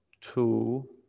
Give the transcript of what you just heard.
Two